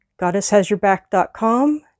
goddesshasyourback.com